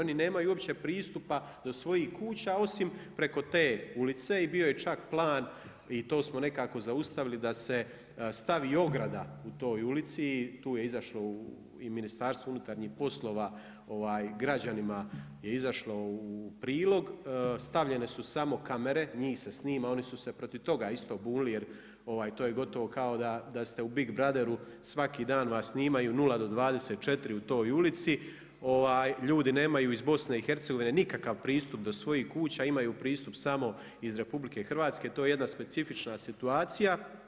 Oni nemaju uopće pristupa do svojih kuća osim preko te ulice i bio je čak plan i to smo nekako zaustavili da se stavi ograda u toj ulici, to je izašlo i Ministarstvo unutarnjih poslova građanima u prilog, stavljene su samo kamere, njih se snima, oni su se protiv toga isto bunili jer to je gotovo kao da ste u Big Brotheru, svaki dan vas snimaju 0-24 u toj ulici, ljudi nemaju iz BiH-a nikakav pristup do svojih kuća, imaju pristup samo iz RH, to je jedna specifična situacija.